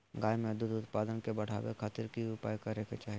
गाय में दूध उत्पादन के बढ़ावे खातिर की उपाय करें कि चाही?